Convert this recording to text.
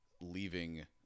leaving